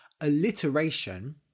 Alliteration